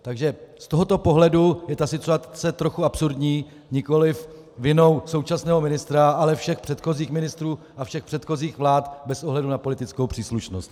Z tohoto pohledu je ta situace trochu absurdní, nikoliv vinou současného ministra, ale všech předchozích ministrů a všech předchozích vlád bez ohledu na politickou příslušnost.